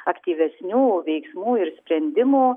aktyvesnių veiksmų ir sprendimų